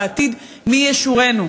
והעתיד מי ישורנו.